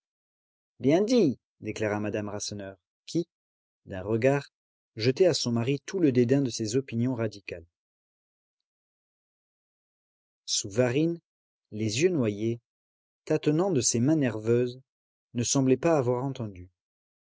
bien dit déclara madame rasseneur qui d'un regard jetait à son mari tout le dédain de ses opinions radicales souvarine les yeux noyés tâtonnant de ses mains nerveuses ne semblait pas avoir entendu